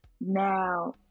Now